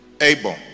Abel